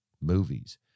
movies